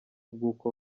bw’uko